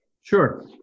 Sure